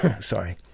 sorry